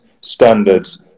standards